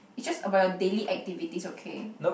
it's just about your daily activities okay